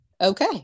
Okay